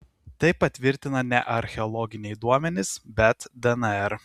tai patvirtina ne archeologiniai duomenys bet dnr